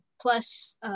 Plus